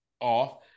off